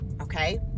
okay